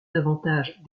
davantage